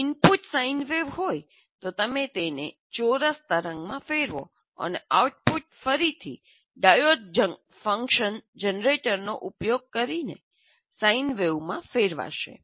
જો input sine wave હોય તો તમે તેને ચોરસ તરંગમાં ફેરવો અને આઉટપુટ ફરીથી ડાયોડ ફંક્શન જનરેટરનો ઉપયોગ કરીને સાઈન વેવમાં ફેરવાશે